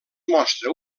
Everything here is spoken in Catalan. mostra